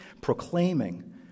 proclaiming